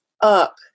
up